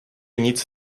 nic